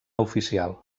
oficial